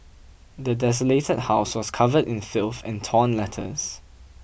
the desolated house was covered in filth and torn letters